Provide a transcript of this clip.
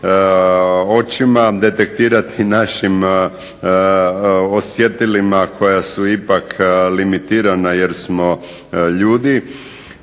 očima, detektirati našim osjetilima koja su ipak limitirana jer smo ljudi.